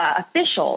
officials